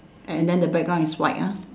and then the background is white ah